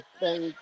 thank